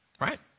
Right